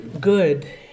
good